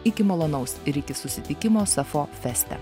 iki malonaus ir iki susitikimo sapfo feste